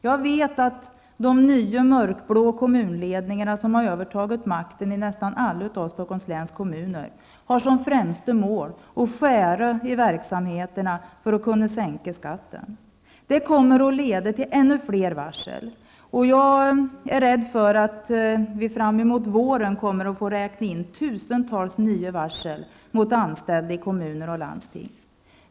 Jag vet att de nya mörkblå kommunledningarna, som har övertagit makten i nästan alla av Stockholms läns kommuner, har som främsta mål att skära ned verksamheter för att kunna sänka skatten. Det kommer att leda till ännu fler varsel. Jag är rädd för att vi fram emot våren får räkna med 10 000 varsel av anställda i kommun och landsting.